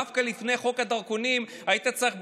דווקא לפני חוק הדרכונים היית צריך,